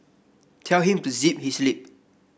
tell him to zip his lip